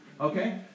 Okay